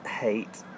hate